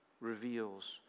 reveals